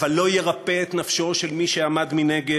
אבל לא ירפא את נפשו של מי שעמד מנגד,